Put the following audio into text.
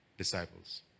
disciples